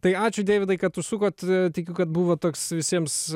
tai ačiū deividai kad užsukot tikiu kad buvo toks visiems